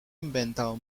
inventado